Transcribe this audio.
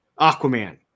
Aquaman